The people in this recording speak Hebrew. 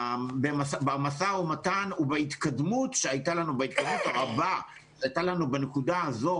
במשא-ומתן ובהתקדמות הרבה שהייתה לנו בנקודה הזאת